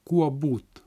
kuo būt